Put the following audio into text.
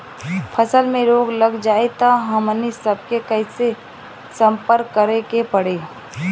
फसल में रोग लग जाई त हमनी सब कैसे संपर्क करें के पड़ी?